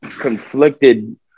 conflicted